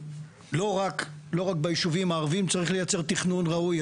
לא רק ביישובים הערביים צריך לייצר תכנון ראוי,